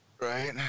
Right